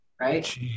right